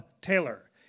Taylor